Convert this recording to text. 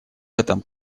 этом